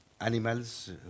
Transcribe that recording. animals